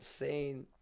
insane